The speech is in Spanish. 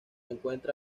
encuentra